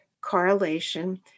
correlation